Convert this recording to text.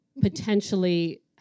potentially